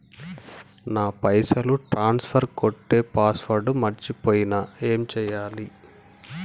నా పైసల్ ట్రాన్స్ఫర్ కొట్టే పాస్వర్డ్ మర్చిపోయిన ఏం చేయాలి?